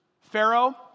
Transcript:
Pharaoh